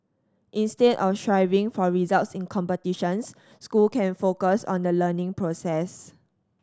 instead of striving for results in competitions school can focus on the learning process